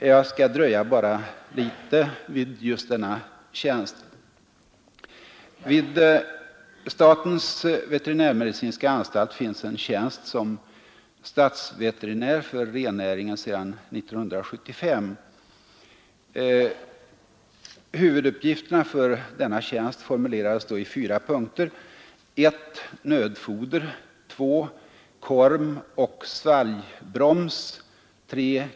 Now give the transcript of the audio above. Jag skall dröja litet vid denna tjänst. Vid statens veterinärmedicinska anstalt finns en tjänst som statsveterinär för rennäringen sedan 1955. Huvuduppgifterna för denna tjänst formulerades då i fyra punkter: 1. Nödfoder. 2. Korm och svalgbroms. 3.